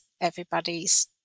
everybody's